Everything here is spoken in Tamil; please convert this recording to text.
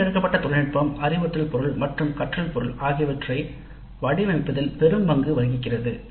தேர்ந்தெடுக்கப்பட்ட தொழில்நுட்பம் அறிவுறுத்தல் பொருள் மற்றும் கற்றல் பொருள் ஆகியவற்றை வடிவமைப்பதில் பெரும் பங்கு வகிக்கிறது